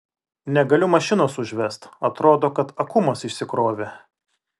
negaliu mašinos užvest atrodo kad akumas išsikrovė